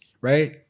Right